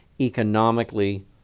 economically